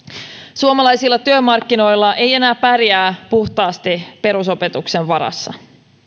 suomalaisilla työmarkkinoilla ei enää pärjää puhtaasti perusopetuksen varassa